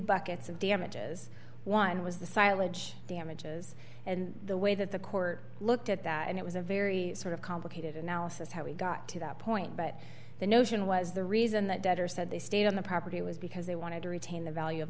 buckets of damages one was the silent damages and the way that the court looked at that and it was a very sort of complicated analysis how we got to that point but the notion was the reason that debtors said they stayed on the property was because they wanted to retain the value of